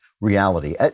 reality